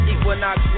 Equinox